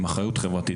עם אחריות חברתית,